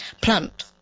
plant